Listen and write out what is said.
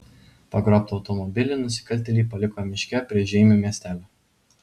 pagrobtą automobilį nusikaltėliai paliko miške prie žeimių miestelio